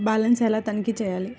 Balance ఎలా తనిఖీ చేయాలి?